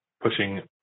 pushing